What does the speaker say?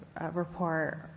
report